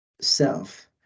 self